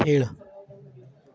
खेळ